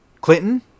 Clinton